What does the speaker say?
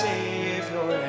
Savior